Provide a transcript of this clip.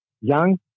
young